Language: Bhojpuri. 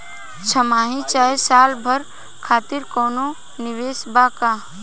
छमाही चाहे साल भर खातिर कौनों निवेश बा का?